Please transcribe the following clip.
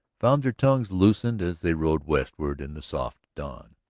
found their tongues loosened as they rode westward in the soft dawn.